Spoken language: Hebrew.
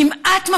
כמעט,